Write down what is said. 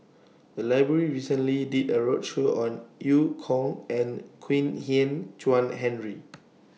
The Library recently did A roadshow on EU Kong and Kwek Hian Chuan Henry